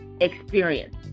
Experience